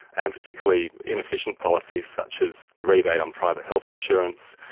and particularly inefficient policies such as the rebate on private health insurance,